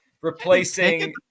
replacing